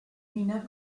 minas